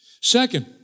Second